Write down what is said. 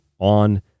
On